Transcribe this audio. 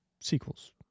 sequels